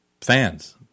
fans